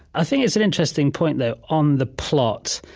ah think it's an interesting point, though, on the plot.